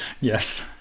Yes